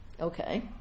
Okay